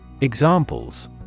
Examples